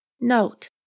Note